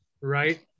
Right